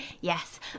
yes